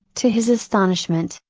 to his astonishment,